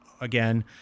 again